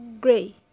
gray